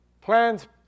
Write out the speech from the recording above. plans